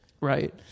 right